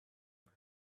them